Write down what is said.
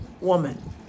woman